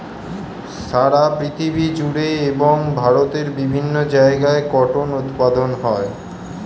সারা পৃথিবী জুড়ে এবং ভারতের বিভিন্ন জায়গায় কটন উৎপাদন হয়